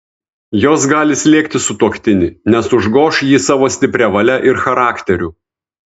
jos gali slėgti sutuoktinį nes užgoš jį savo stipria valia ir charakteriu